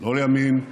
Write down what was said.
לא לימין,